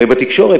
הרי בתקשורת,